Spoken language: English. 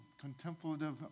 contemplative